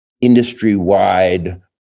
industry-wide